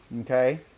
okay